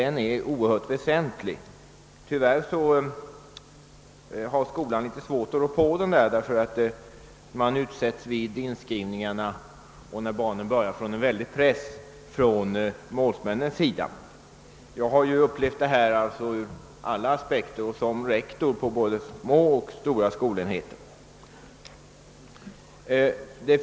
Den är oerhört väsentlig men tyvärr har skolan mycket svårt att klara problemen härvidlag, eftersom den vid inskrivningarna i samband med skolgångens början utsätts för en hård press från målsmännens sida. Som rektor vid både små och stora skolenheter har jag upplevt alla aspekter av detta.